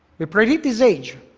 we predict his age,